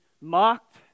mocked